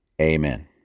Amen